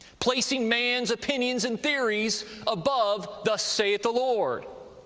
placing man's opinions and theories above thus saith the lord.